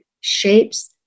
shapes